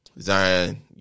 Zion